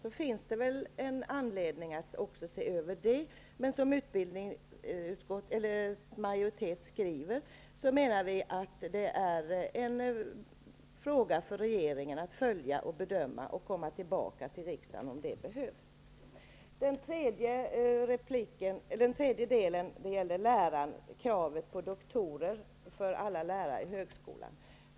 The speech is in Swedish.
Det finns därför anledning att även se över detta. Utskottsmajoriteten anser emellertid att det är en fråga för regeringen att följa och bedöma detta och komma tillbaka till riksdagen om det behövs. Det sista som jag vill ta upp gäller kravet på doktorsexamen för alla lärare på högskolan.